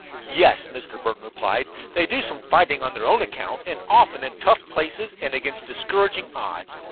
yes, mr. burton replied, they do some fighting on their own account, and often in tough places and against discouraging odds.